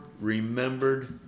remembered